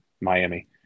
Miami